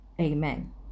Amen